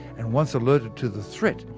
and once alerted to the threat,